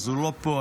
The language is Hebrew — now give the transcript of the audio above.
אז הוא לא פה,